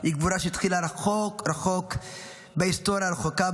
היא גבורה שהתחילה רחוק רחוק בהיסטוריה הרחוקה,